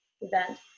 event